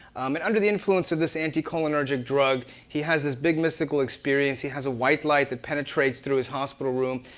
and under the influence of this anti-cholinergic drug, he has this big mystical experience. he has a white light that penetrates through his hospital room.